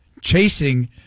chasing